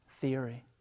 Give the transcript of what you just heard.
theory